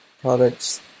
products